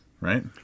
Right